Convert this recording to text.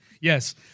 Yes